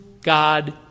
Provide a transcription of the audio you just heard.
God